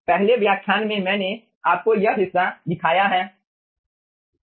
पहले व्याख्यान में मैंने आपको यह हिस्सा दिखाया है